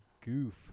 goof